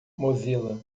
mozilla